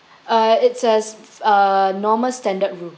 uh it's a uh normal standard room